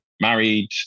married